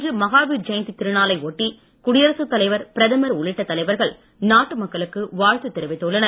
இன்று மகாவீர் ஜெயந்தி திருநாளை ஒட்டி குடியரசுத் தலைவர் பிரதமர் உள்ளிட்ட தலைவர்கள் நாட்டு மக்களுக்கு வாழ்த்து தெரிவித்துள்ளனர்